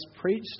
preached